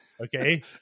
Okay